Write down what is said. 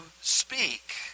speak